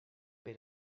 per